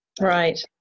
right